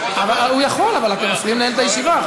הוא יכול, אבל אתם מפריעים לנהל את הישיבה.